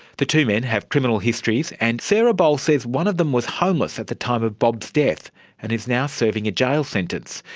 the two men have criminal histories, and sarah bowles says one of them was homeless at the time of bob's death and is now serving a jail sentence.